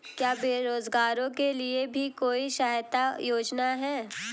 क्या बेरोजगारों के लिए भी कोई सहायता योजना है?